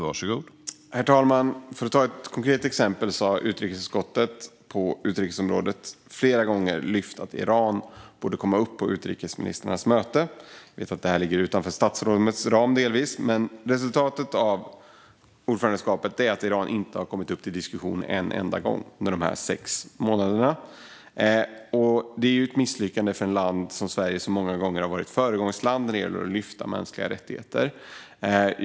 Herr talman! För att ta ett konkret exempel har utrikesutskottet på utrikesområdet flera gånger lyft fram att Iran borde komma upp på utrikesministrarnas möte. Jag vet att frågan delvis ligger utanför statsrådets ansvarsområde. Men resultatet av ordförandeskapet är att Iran inte har kommit upp till diskussion en enda gång under de sex månaderna. Det är ett misslyckande för ett land som Sverige som många gånger varit ett föregångsland när det gäller att lyfta fram mänskliga rättigheter.